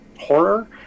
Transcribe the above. horror